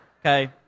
okay